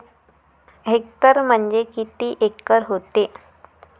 Hectare म्हणजे किती acre व्हते?